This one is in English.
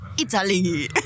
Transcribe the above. Italy